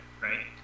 right